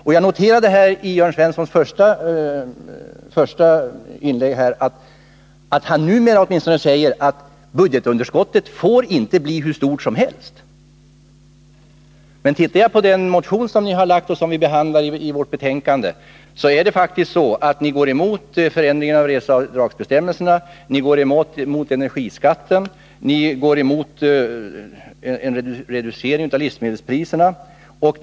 Att döma av Jörn Svenssons första inlägg så menar han åtminstone nu att budgetunderskottet inte får bli hur stort som helst. Men tittar jag på den motion som vänsterpartiet kommunisterna har väckt och som behandlas i detta betänkande, så finner jag att ni går emot förändringar av reseavdragsbestämmelserna, att ni går emot höjningen av energiskatten och att ni går emot en reducering av livsmedelssubventionerna.